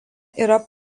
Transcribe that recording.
yra